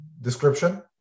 description